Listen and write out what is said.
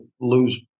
lose